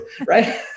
Right